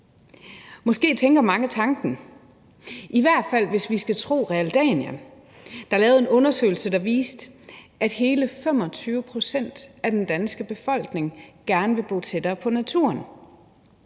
Måske tænker mange tanken, i hvert fald hvis vi skal tro Realdania, der lavede en undersøgelse, der viste, at hele 25 pct. af den danske befolkning gerne vil bo tættere på naturen.